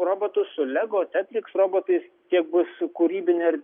robotus lego technicx robotais tiek bus kūrybinė